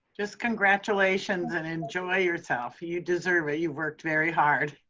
just congratulations and enjoy yourself. you deserve it, you've worked very hard,